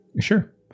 Sure